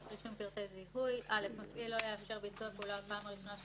יפעל המפעיל לפי הוראות אלה: מפעיל לא יאפשר ביצוע פעולה בפעם הראשונה,